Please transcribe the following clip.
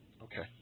Okay